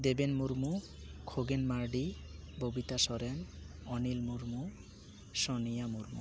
Deben Murmu Khagen Mardi Babita Soren Anil Murmu Sonia Murmu